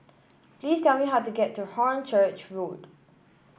please tell me how to get to Hornchurch Road